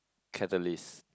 catalyst